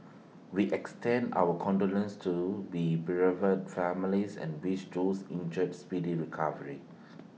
we extend our condolences to bereaved families and wish those injured A speedy recovery